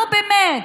נו, באמת.